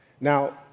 Now